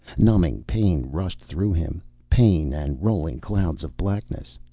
numbing pain rushed through him. pain and rolling clouds of blackness.